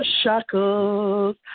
shackles